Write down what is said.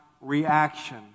reaction